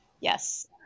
Yes